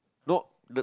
no the